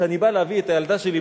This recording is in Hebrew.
כשאני בא להביא את הילדה שלי,